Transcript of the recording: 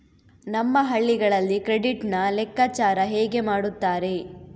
ನಮ್ಮ ಹಳ್ಳಿಗಳಲ್ಲಿ ಕ್ರೆಡಿಟ್ ನ ಲೆಕ್ಕಾಚಾರ ಹೇಗೆ ಮಾಡುತ್ತಾರೆ?